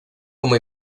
como